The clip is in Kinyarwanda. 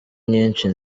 nyinshi